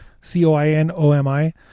C-O-I-N-O-M-I